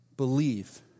believe